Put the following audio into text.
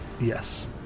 Yes